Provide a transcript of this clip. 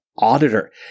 Auditor